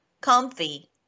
comfy